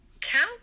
count